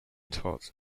thought